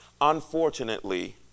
Unfortunately